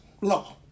law